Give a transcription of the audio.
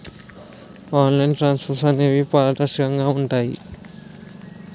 online transfers అనేవి పారదర్శకంగా ఉంటాయి